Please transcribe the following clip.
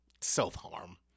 self-harm